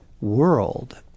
world